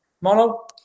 Mono